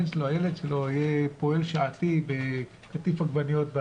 הילד שלו יהיה פועל שעתי בקטיף עגבניות,